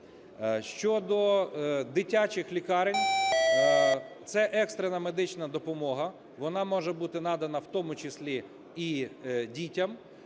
Щодо дитячих лікарень. Це екстрена медична допомога. Вона може бути надана в тому числі і дітям.